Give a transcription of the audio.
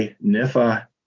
NIFA